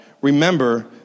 remember